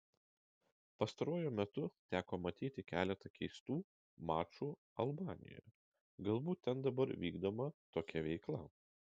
pastaruoju metu teko matyti keletą keistų mačų albanijoje galbūt ten dabar vykdoma tokia veikla